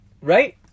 right